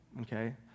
Okay